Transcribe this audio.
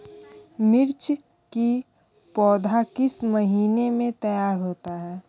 मिर्च की पौधा किस महीने में तैयार होता है?